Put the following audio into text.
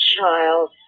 child